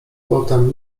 potem